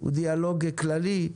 הוא דיאלוג כללי,